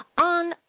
on